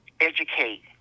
educate